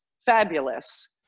fabulous